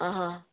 आ हा